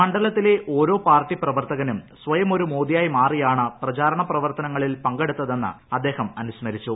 മണ്ഡലത്തിലെ ഓരോ പാർട്ടി പ്രവർത്തകനും സ്വയമൊരു്മോദിയായി മാറിയയാണ് പ്രചാരണ പ്രവർത്തനങ്ങളിൽ പങ്കെടുത്ത്തെന്നും അദ്ദേഹം അനുസ്മരിച്ചു